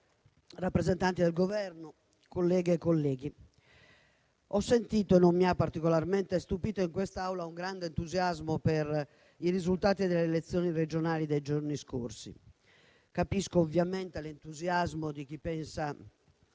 grazie a tutto